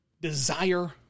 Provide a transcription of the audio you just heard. desire